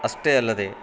ಅಷ್ಟೇ ಅಲ್ಲದೆ